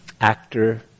actor